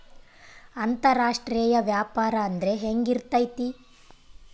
ಅಂತರಾಷ್ಟ್ರೇಯ ವ್ಯಾಪಾರ ಅಂದ್ರೆ ಹೆಂಗಿರ್ತೈತಿ?